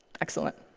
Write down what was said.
excellent.